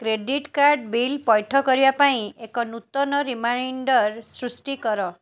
credit card bill ପୈଠ କରିବାପାଇଁ ଏକ ନୂତନ ରିମାଇଣ୍ଡର୍ ସୃଷ୍ଟି କର